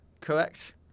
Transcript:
correct